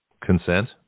consent